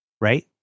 Right